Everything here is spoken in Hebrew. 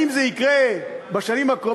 בנושא הביטחוני, האם זה יקרה בשנים הקרובות?